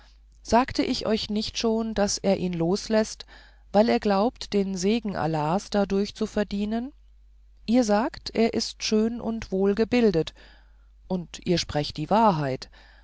sagte ich euch nicht schon daß er ihn losläßt weil er glaubt den segen allahs dadurch zu verdienen ihr sagt er ist schön und wohlgebildet und ihr sprecht die wahrheit